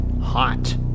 hot